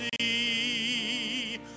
see